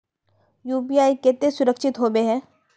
UPI केते सुरक्षित होबे है?